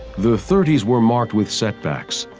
the thirty s were marked with setbacks,